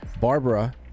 Barbara